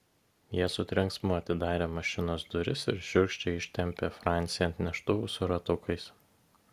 jie su trenksmu atidarė mašinos duris ir šiurkščiai ištempė francį ant neštuvų su ratukais